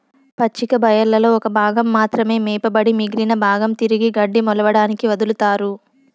పచ్చిక బయళ్లలో ఒక భాగం మాత్రమే మేపబడి మిగిలిన భాగం తిరిగి గడ్డి మొలవడానికి వదులుతారు